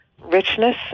richness